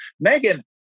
Megan